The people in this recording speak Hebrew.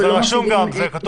זה גם רשום וכתוב.